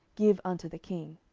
give unto the king.